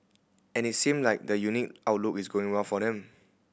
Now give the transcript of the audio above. and it seem like that unique outlook is going well for them